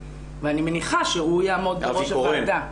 ואני מניחה שהוא יעמוד בראש הוועדה.